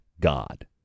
God